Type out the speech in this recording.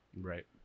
right